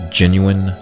genuine